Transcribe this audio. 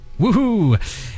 Woohoo